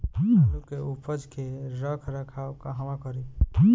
आलू के उपज के रख रखाव कहवा करी?